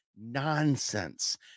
nonsense